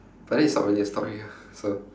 but then it's not really a story ah so